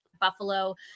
Buffalo